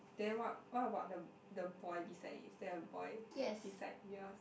then what what about the the boy beside is there a boy beside yours